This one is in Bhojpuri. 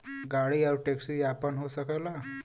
गाड़ी आउर टैक्सी आपन हो सकला